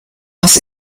aus